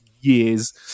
years